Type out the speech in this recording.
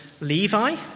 Levi